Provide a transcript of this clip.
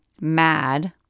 mad